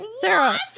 sarah